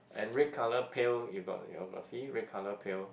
and red colour pail you got your got see red colour pail